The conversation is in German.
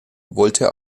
wollte